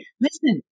listen